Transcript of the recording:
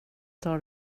tar